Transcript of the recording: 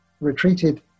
retreated